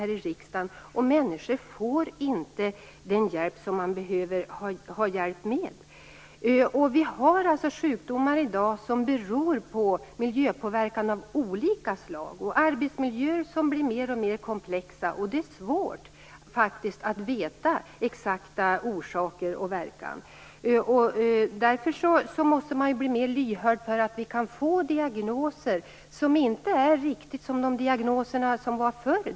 Människor får inte hjälp med det som de behöver ha hjälp med. I dag finns det sjukdomar som beror på miljöpåverkan av olika slag. Arbetsmiljöerna blir mer och mer komplexa. Det är svårt att känna till de exakta orsakerna och den exakta verkan. Därför måste man bli mer lyhörd för att diagnoserna i dag inte riktigt är som diagnoserna var förr.